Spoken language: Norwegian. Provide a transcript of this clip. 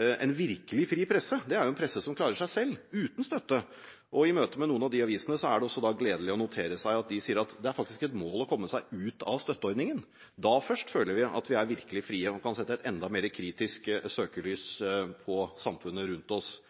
en virkelig fri presse er en presse som klarer seg selv – uten støtte. I møte med noen av de avisene er det også gledelig å notere seg at de sier det faktisk er et mål å komme seg ut av støtteordningen. Da først føler de at de er virkelig frie og kan sette et enda mer kritisk søkelys på samfunnet rundt